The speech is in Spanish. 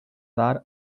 dar